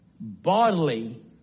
bodily